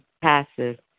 passive